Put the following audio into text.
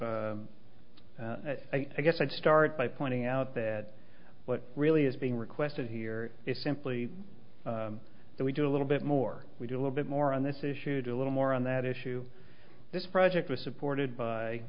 to i guess i'd start by pointing out that what really is being requested here is simply that we do a little bit more we do a little bit more on this issue do a little more on that issue this project was supported by